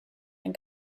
ein